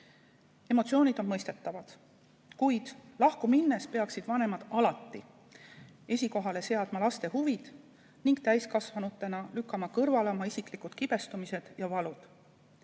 Emotsioonid on mõistetavad, kuid lahku minnes peaksid vanemad alati esikohale seadma laste huvid ning täiskasvanutena lükkama kõrvale oma isikliku kibestumuse ja valu.